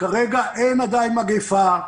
כרגע אין עדיין מגפה,